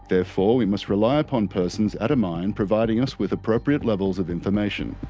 therefore we must rely upon persons at a mine providing us with appropriate levels of information.